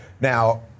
Now